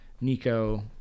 nico